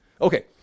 Okay